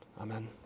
Amen